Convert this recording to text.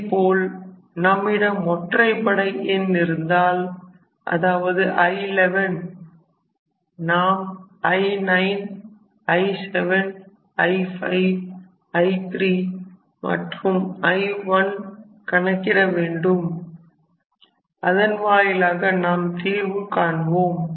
அதேபோல் நம்மிடம் ஒற்றைப்படை எண் இருந்தால் அதாவது I11 நாம் I9I7I5I3 மற்றும் I1 கணக்கிட வேண்டும் அதன் வாயிலாக நாம் தீர்வை காணுவோம்